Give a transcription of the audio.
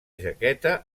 jaqueta